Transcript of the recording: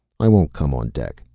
i won't come on deck,